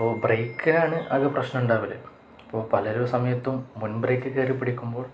അപ്പോള് ബ്രേക്കിനാണ് ആകെ പ്രശ്നം ഉണ്ടാവല് അപ്പോള് പലരുടെ സമയത്തും മുൻ ബ്രേക്ക് കയറിപ്പിടിക്കുമ്പോൾ